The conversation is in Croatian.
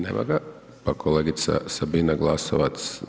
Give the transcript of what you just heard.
Nema ga, pa kolegica Sabina Glasovac.